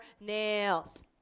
nails